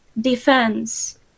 defense